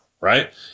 right